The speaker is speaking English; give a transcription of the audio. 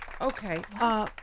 Okay